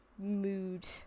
mood